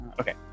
okay